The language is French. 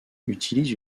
utilise